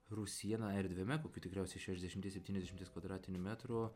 rūsyje erdviame kokių tikriausiai šešiasdešimties septyniasdešimties kvadratinių metrų